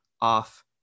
off